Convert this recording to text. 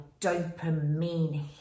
dopamine